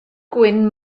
gwyn